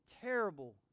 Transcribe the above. terrible